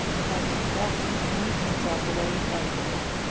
but belton moved himself away angrily.